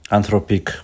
Anthropic